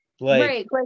Right